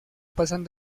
pasan